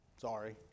Sorry